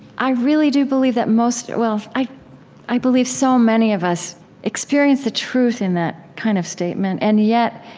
i really do believe that most well, i i believe so many of us experience the truth in that kind of statement. and yet,